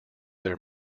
their